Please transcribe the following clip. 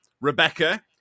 Rebecca